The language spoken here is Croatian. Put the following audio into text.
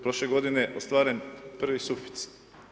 Prošle godine je ostvaren prvi suficit.